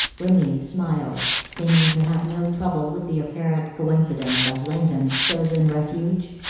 remy smiled, seeming to have no trouble with the apparent coincidence of langdon's chosen refuge.